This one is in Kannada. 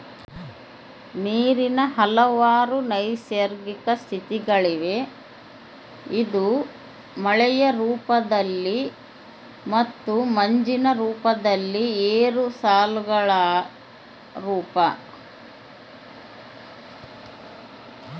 ನೀರಿನ ಹಲವಾರು ನೈಸರ್ಗಿಕ ಸ್ಥಿತಿಗಳಿವೆ ಇದು ಮಳೆಯ ರೂಪದಲ್ಲಿ ಮತ್ತು ಮಂಜಿನ ರೂಪದಲ್ಲಿ ಏರೋಸಾಲ್ಗಳ ರೂಪ